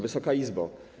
Wysoka Izbo!